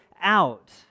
out